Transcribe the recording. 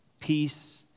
Peace